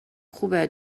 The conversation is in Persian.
خوبه